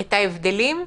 את ההבדלים,